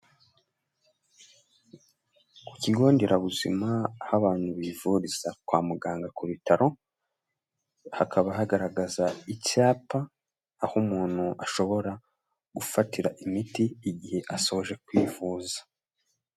Ku kigonderabuzima aho abantu bivuriza kwa muganga ku bitaro hakaba hagaragaza icyapa aho umuntu ashobora gufatira imiti igihe asoje kwivuza.